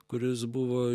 kuris buvo